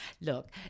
look